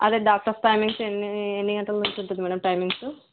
అదే doctors timings ఎన్ని గంటలు ఉంటుంది మేడమ్ టైమింగ్స్